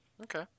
Okay